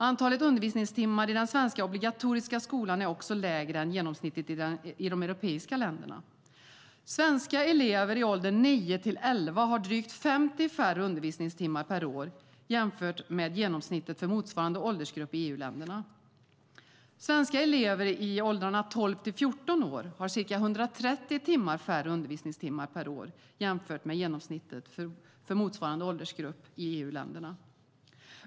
Antalet undervisningstimmar i den svenska obligatoriska skolan är också lägre än genomsnittet i de europeiska länderna. Svenska elever i åldrarna 9-11 år har drygt 50 färre undervisningstimmar per år jämfört med genomsnittet för motsvarande åldersgrupper i EU-länderna. Svenska elever i åldrarna 12-14 år har ca 130 timmar färre undervisningstimmar per år jämfört med genomsnittet för motsvarande åldersgrupper i EU-länderna.